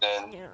yeah